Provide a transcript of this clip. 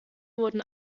wurden